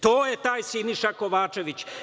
To je taj Siniša Kovačević.